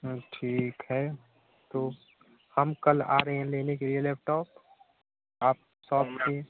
हाँ ठीक है तो हम कल आ रहे हैं लेने के लिए लैपटॉप आप सब चीज़